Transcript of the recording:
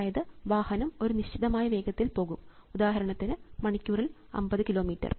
അതായത് വാഹനം ഒരു നിശ്ചിതമായ വേഗത്തിൽ പോകും ഉദാഹരണത്തിന് മണിക്കൂറിൽ 50 കിലോമീറ്റർ